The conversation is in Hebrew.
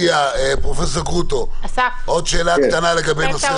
פרופ' גרוטו, עוד שאלה קטנה לגבי הנושא